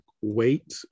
weight